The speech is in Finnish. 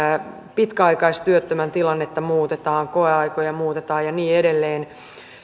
pitkäaikaistyöttömän tilannetta muutetaan koeaikoja muutetaan ja niin edelleen